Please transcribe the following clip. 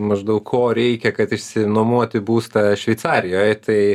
maždaug ko reikia kad išsinuomoti būstą šveicarijoj tai